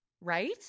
right